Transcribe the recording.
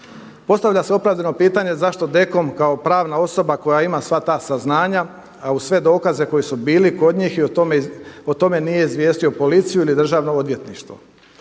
Postavlja se opravdano pitanje zašto DKOM kao pravna osoba koja ima sva ta saznanja, a uz sve dokaze koji su bili kod njih i o tome nije izvijestio policiju ili Državno odvjetništvo.